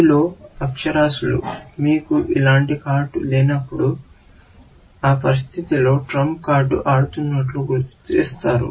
మీలో అక్షరాస్యులు మీకు ఇలాంటి కార్డు లేనప్పుడు పరిస్థితిలో ట్రంప్ కార్డు ఆడుతున్నట్లు గుర్తిస్తారు